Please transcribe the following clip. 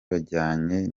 bajyanye